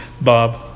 Bob